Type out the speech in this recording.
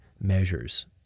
measures